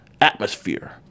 atmosphere